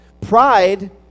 Pride